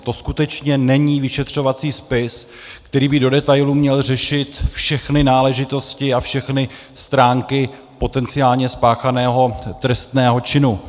To skutečně není vyšetřovací spis, který by do detailu měl řešit všechny náležitosti a všechny stránky potenciálně spáchaného trestného činu.